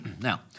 Now